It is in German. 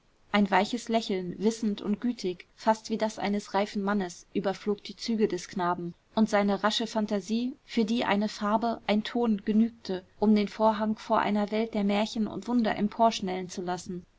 ein weiches lächeln wissend und gütig fast wie das eines reifen mannes überflog die züge des knaben und seine rasche phantasie für die eine farbe ein ton genügte um den vorhang vor einer welt der märchen und wunder emporschnellen zu lassen